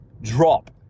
Drop